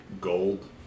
gold